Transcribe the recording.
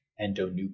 endonuclease